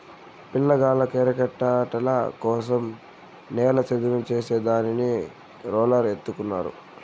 పిల్లగాళ్ళ కిరికెట్టాటల కోసరం నేల చదును చేసే దానికి రోలర్ ఎత్తుకున్నారు